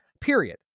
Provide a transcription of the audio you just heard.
Period